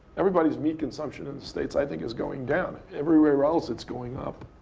everybody's meat consumption in the states, i think, is going down. everywhere else it's going up.